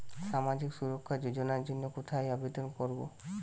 সামাজিক সুরক্ষা যোজনার জন্য কোথায় আবেদন করব?